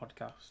podcast